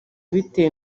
bitewe